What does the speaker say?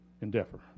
endeavor